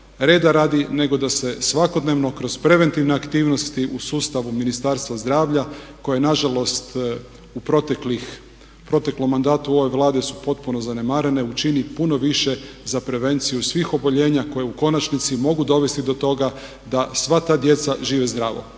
reda radi, nego da se svakodnevno kroz preventivne aktivnosti u sustavu Ministarstva zdravlja koje je na žalost u proteklom mandatu ove Vlade su potpuno zanemarene učini puno više za prevenciju svih oboljenja koje u konačnici mogu dovesti do toga da sva ta djeca žive zdravo.